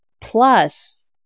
plus